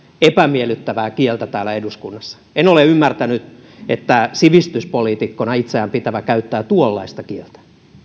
epämiellyttävää kieltä täällä eduskunnassa en ole ymmärtänyt että sivistyspoliitikkona itseään pitävä käyttää tuollaista kieltä